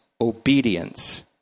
obedience